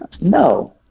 No